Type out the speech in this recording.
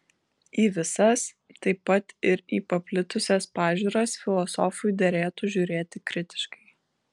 į visas taip pat ir į paplitusias pažiūras filosofui derėtų žiūrėti kritiškai